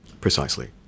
Precisely